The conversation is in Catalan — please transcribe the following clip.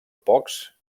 pocs